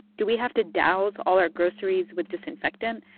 do we have to douse all our groceries with disinfectant?